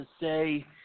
say